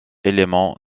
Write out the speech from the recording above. éléments